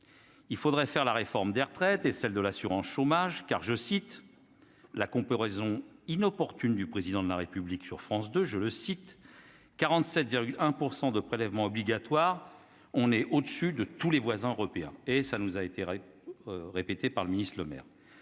Il faudrait faire la réforme des retraites et celle de l'assurance chômage, car, je cite là qu'on peut raison inopportune du président de la République sur France 2, je le cite : 47 1 % de prélèvements obligatoires, on est au-dessus de tous les voisins européens et ça nous a été re-répété par le ministre-Lemaire,